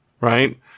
right